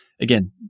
again